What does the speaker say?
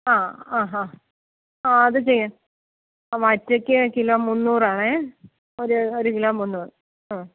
ആ ആ ഹാ ആ അതു ചെയ്യാം മത്തിക്ക് കിലോ മുന്നൂറ് ആണെങ്കിൽ ഒരു ഒരു കിലോ മുന്നൂറ് മ്മ്